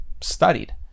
studied